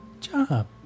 Job